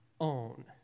own